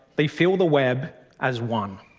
they feel the web as one.